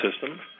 system